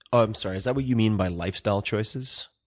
i'm sorry. is that what you mean by lifestyle choices?